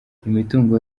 imitungo